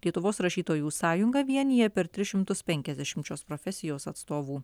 lietuvos rašytojų sąjunga vienija per tris šimtus penkiasdešim šios profesijos atstovų